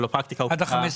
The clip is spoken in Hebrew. הוא פקע ב-15